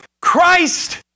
Christ